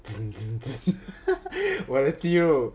我的肌肉